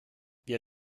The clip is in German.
wir